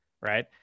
right